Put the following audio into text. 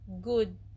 good